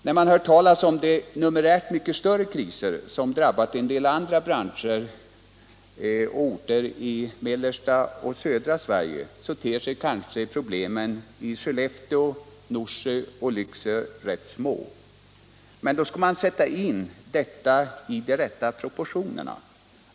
När man hör talas om de numerärt mycket större kriser som drabbat en del andra branscher och orter i mellersta och södra Sverige ter sig kanske problemen i Skellefteå, Norsjö och Lycksele rätt små. Men då skall man se dem i de rätta proportionerna.